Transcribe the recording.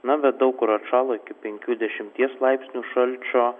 na bet daug kur atšalo iki penkių dešimties laipsnių šalčio